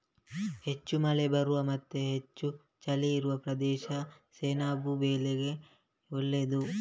ಹೆಚ್ಚು ಮಳೆ ಬರುವ ಮತ್ತೆ ಹೆಚ್ಚು ಚಳಿ ಇರುವ ಪ್ರದೇಶ ಸೆಣಬು ಬೆಳೆಗೆ ಒಳ್ಳೇದು